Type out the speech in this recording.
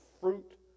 fruit